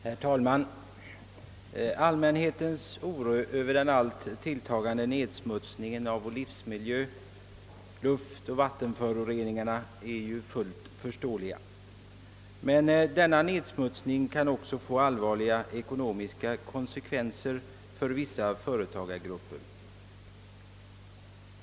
Herr talman! Allmänhetens oro över den alltmer tilltagande nedsmutsningen av livsmiljö — luftoch vattenföroreningar är fullt förståelig. Men denna nedsmutsning kan också få allvarliga ekonomiska konsekvenser för vissa företagargrupper.